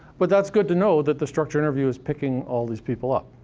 but that's good to know that the structured interview is picking all these people up,